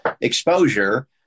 exposure